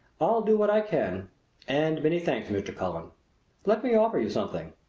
i'll do what i can and many thanks, mr. cullen. let me offer you something.